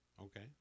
Okay